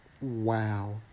Wow